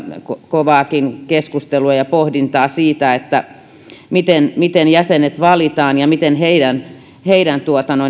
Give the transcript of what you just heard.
kovaakin keskustelua ja pohdintaa siitä miten jäsenet valitaan ja miten heidän heidän